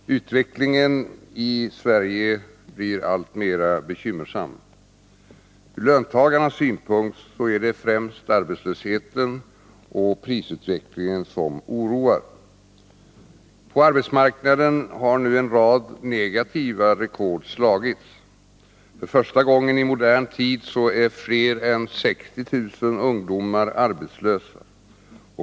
Herr talman! Utvecklingen i Sverige blir alltmer bekymmersam. Ur löntagarnas synpunkt är det främst arbetslösheten och prisutvecklingen som oroar. På arbetsmarknaden har nu en rad negativa rekord slagits. För första gången i modern tid är fler än 60 000 ungdomar arbetslösa.